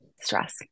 stress